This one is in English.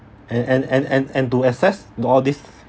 and and and and and to assess to all these